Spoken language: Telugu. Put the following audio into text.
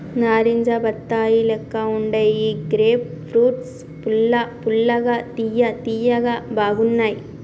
నారింజ బత్తాయి లెక్క వుండే ఈ గ్రేప్ ఫ్రూట్స్ పుల్ల పుల్లగా తియ్య తియ్యగా బాగున్నాయ్